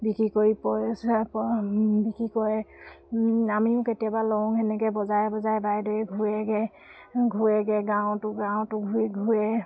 বিক্ৰী কৰি পইচা বিক্ৰী কৰে আমিও কেতিয়াবা লওঁ সেনেকৈ বজাৰে বজাৰে বাইদেৱে ঘূৰেগৈ ঘূৰেগৈ গাঁৱতো গাঁৱতো ঘূৰে ঘূৰে